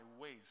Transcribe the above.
ways